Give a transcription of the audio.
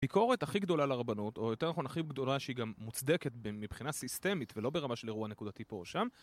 ביקורת הכי גדולה לרבנות, או יותר נכון הכי גדולה שהיא גם מוצדקת מבחינה סיסטמית ולא ברמה של אירוע נקודתי פה ושם